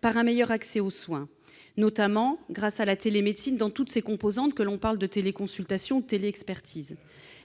par un meilleur accès aux soins, notamment grâce à la télémédecine, dans toutes ses composantes, de la téléconsultation à la téléexpertise.